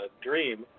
dream